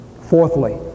Fourthly